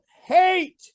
hate